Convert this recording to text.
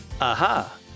Aha